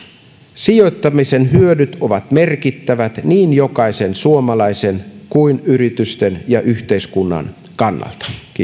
sijoittamisen hyödyt ovat merkittävät niin jokaisen suomalaisen kuin yritysten ja yhteiskunnan kannalta